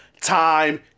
time